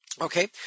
Okay